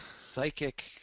Psychic